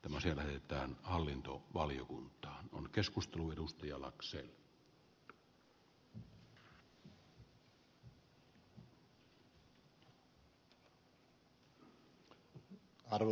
tämä siveyttään hallinto valiokunta on arvoisa herra puhemies